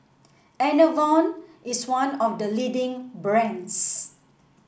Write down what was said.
Enervon is one of the leading brands